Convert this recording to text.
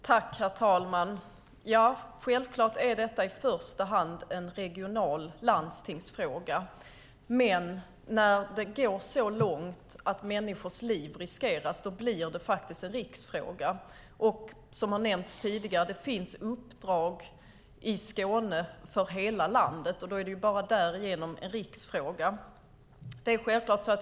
Herr talman! Självklart är detta i första hand en regional landstingsfråga. Men när det går så långt att människors liv riskeras blir det faktiskt en riksfråga. Precis som har nämnts tidigare finns vid Skånes universitetssjukhus uppdrag som gäller för hela landet. Därigenom blir det hela en riksfråga.